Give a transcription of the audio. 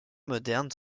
modernes